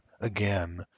again